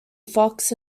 fox